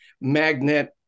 magnet